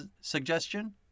suggestion